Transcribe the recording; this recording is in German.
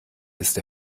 ist